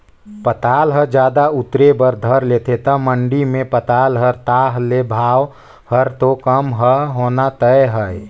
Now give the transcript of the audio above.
पताल ह जादा उतरे बर धर लेथे त मंडी मे पताल हर ताह ले भाव हर तो कम ह होना तय हे